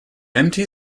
empty